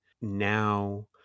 Now